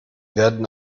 werden